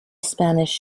spanish